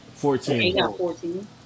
Fourteen